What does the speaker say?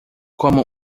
como